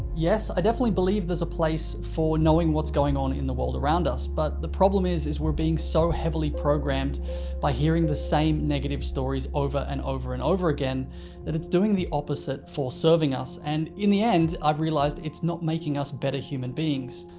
yes, i definitely believe there's a place for knowing what's going on in the world around us, but the problem is is we're being so heavily programmed by hearing the same negative stories over and over and over again that it's doing the opposite for serving us, and in the end, i've realized it's not making us better human beings.